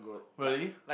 really